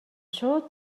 шууд